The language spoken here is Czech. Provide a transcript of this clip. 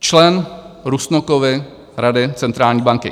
Člen Rusnokovy rady centrální banky?